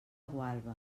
gualba